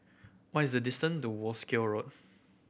what is the distance to Wolskel Road